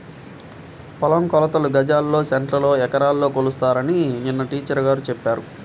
పొలం కొలతలు గజాల్లో, సెంటుల్లో, ఎకరాల్లో కొలుస్తారని నిన్న టీచర్ గారు చెప్పారు